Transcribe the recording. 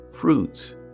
fruits